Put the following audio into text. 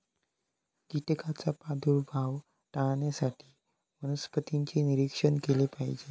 कीटकांचा प्रादुर्भाव टाळण्यासाठी वनस्पतींचे निरीक्षण केले पाहिजे